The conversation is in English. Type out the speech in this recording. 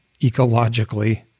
ecologically